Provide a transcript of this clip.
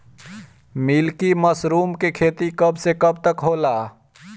Milky mushroom के खेती कब से कब तक होला?